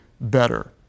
better